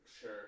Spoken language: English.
Sure